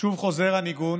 שוב חוזר הניגון,